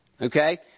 Okay